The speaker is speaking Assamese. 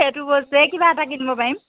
সেইটো বস্তুৱে কিবা এটা কিনিব পাৰিম